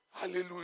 Hallelujah